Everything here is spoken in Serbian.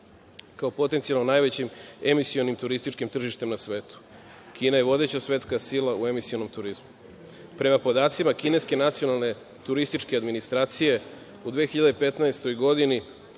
Kao potencijalno najvećim emisionim turističkim tržištem na svetu, Kina je vodeća svetska u emisionom turizmu. Prema podacima, kineske nacionalne turističke administracije, u 2015. godini